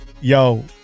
Yo